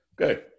Okay